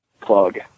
plug